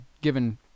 given